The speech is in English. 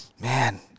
Man